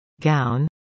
gown